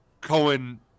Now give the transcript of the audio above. Cohen –